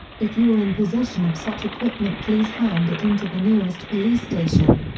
if you are in possession of such equipment please hand it into the nearest police station.